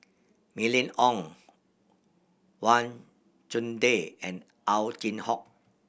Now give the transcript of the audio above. Mylene Ong Wang Chunde and Ow Chin Hock